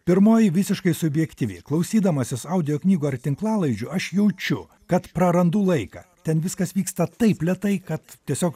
pirmoji visiškai subjektyvi klausydamasis audio knygų ar tinklalaidžių aš jaučiu kad prarandu laiką ten viskas vyksta taip lėtai kad tiesiog